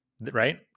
right